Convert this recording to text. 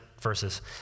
verses